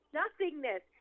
nothingness